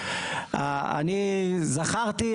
אני זכרתי,